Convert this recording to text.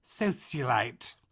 sociolite